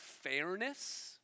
fairness